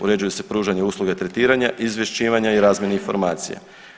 Uređuje se pružanje usluga tretiranja, izvješćivanja i razmjene informacija.